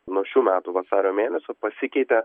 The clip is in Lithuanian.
nuo šių metų vasario mėnesio pasikeitė